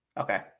okay